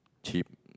cheap